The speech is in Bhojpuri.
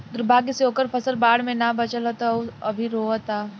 दुर्भाग्य से ओकर फसल बाढ़ में ना बाचल ह त उ अभी रोओता